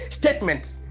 statements